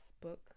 book